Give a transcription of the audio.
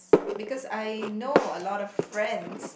because I know a lot of friends